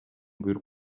буйрук